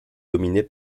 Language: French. dominé